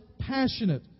passionate